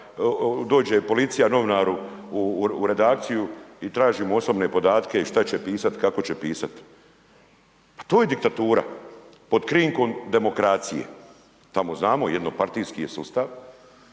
dođe policija novinaru u redakciju i traži mu osobne podatke i šta će pisati i kako će pisati. Pa to je diktatura pod krinkom demokracije. Tamo znamo jednopartijski je sustav,